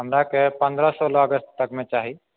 हमरा के पन्द्रह सोलह अगस्त तक मे चाही